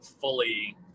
fully –